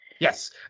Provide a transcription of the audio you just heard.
Yes